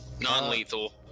Non-lethal